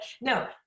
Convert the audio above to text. no